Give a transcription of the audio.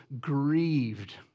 grieved